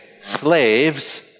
slaves